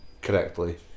correctly